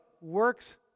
work's